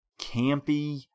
Campy